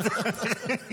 סעדה.